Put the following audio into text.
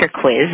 quiz